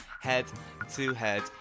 head-to-head